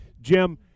Jim